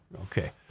Okay